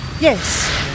yes